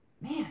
man